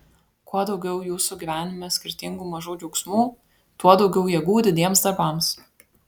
kuo daugiau jūsų gyvenime skirtingų mažų džiaugsmų tuo daugiau jėgų didiems darbams